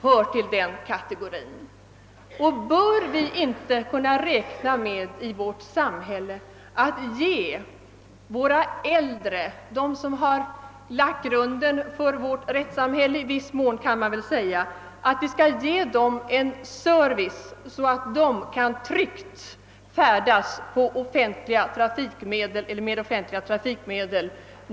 Bör vi i vårt samhälle inte kunna räkna med att ge våra äldre, de som i viss mån lagt grunden till vårt rättssamhälle, en sådan service att de tryggt kan färdas med offentliga trafikmedel?